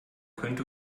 könnte